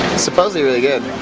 supposedly really good.